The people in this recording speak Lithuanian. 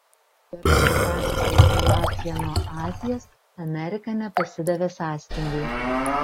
per užsitęsusią izoliaciją nuo azijos amerika nepasidavė sąstingiui